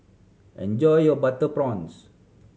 enjoy your butter prawns